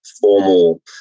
formal